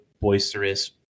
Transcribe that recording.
boisterous